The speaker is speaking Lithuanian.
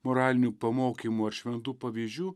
moralinių pamokymų ar šventų pavyzdžių